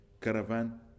caravan